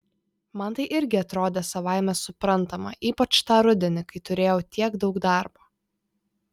man tai irgi atrodė savaime suprantama ypač tą rudenį kai turėjau tiek daug darbo